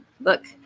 Look